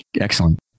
Excellent